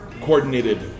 coordinated